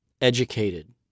educated